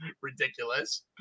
Ridiculous